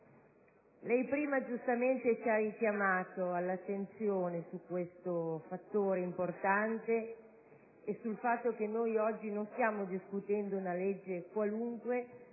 Lei, prima, giustamente, ci ha richiamato all'attenzione su questo tema così importante e sul fatto che oggi non stiamo discutendo un provvedimento qualunque,